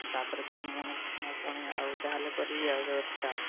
ତା'ପରେ ପୁଣି ମୁଁ ପୁଣି ଆଉ ଯାହାହେଲେ କରିବି ବ୍ୟବସ୍ଥା